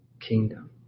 kingdom